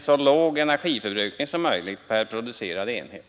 så låg energiförbrukning som möjligt per producerad enhet.